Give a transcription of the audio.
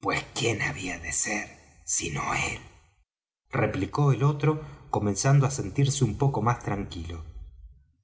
pues quién había de ser sino él replicó el otro comenzando á sentirse un poco más tranquilo